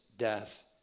death